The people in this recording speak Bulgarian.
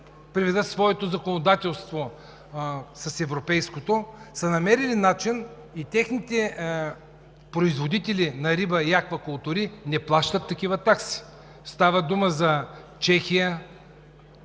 приведат своето законодателство с европейското, са намерили начин и техните производители на риба и аквакултури не плащат такива такси! Става дума за Чехия,